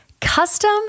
custom